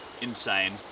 insane